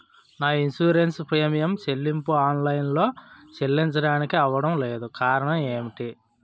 నా insurance premium చెల్లింపు online లో చెల్లించడానికి అవ్వడం లేదు కారణం ఏమిటి?